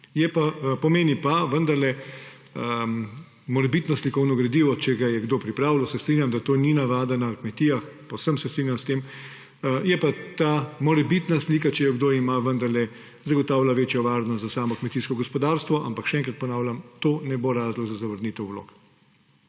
za zavrnitev nobene vloge. Morebitno slikovno gradivo, če ga je kdo pripravljal – se strinjam, da to ni navada na kmetijah, povsem se strinjam s tem – pa vendarle ta morebitna slika, če jo kdo ima, zagotavlja večjo varnost za samo kmetijsko gospodarstvo. Ampak še enkrat ponavljam, to ne bo razlog za zavrnitev vlog.